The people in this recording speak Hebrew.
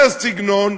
זה הסגנון,